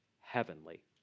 heavenly